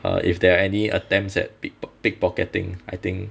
uh if there are any attempts at pick pickpocketing I think